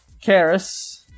Karis